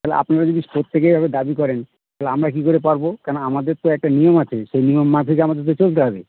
তাহলে আপনারা যদি প্রত্যেকে এভাবে দাবী করেন তাহলে আমরা কী করে পারবো কেন আমাদের তো একটা নিয়ম আছে সেই নিয়ম মাফিক আমাদের তো চলতে হবে